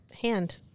hand